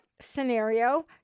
scenario